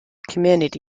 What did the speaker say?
community